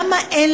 למה אין